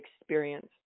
experience